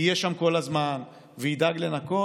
ויהיה שם כל הזמן, וידאג לנקות,